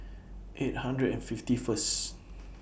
eight hundred and fifty First